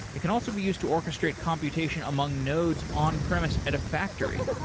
it can also be used to orchestrate computation among nodes on-premise at a factory,